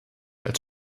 als